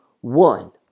one